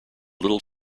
little